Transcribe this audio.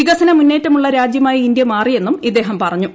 വികസന മുന്നേറ്റമുള്ള രാജ്യമായി ഇന്ത്യ മാറിയെന്നും ഇദ്ദേഹം പറഞ്ഞു